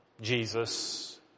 Jesus